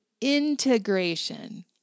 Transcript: integration